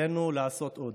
עלינו לעשות עוד.